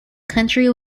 country